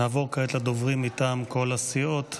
נעבור כעת לדוברים מטעם כל הסיעות.